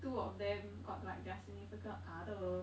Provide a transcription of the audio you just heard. two of them got like their significant other